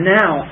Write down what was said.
now